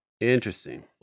Interesting